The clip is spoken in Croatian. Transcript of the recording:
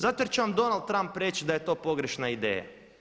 Zato jer će vam Donald Trump reći da je to pogrešna ideja.